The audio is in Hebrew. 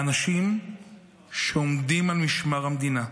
האנשים שעומדים על משמר המדינה,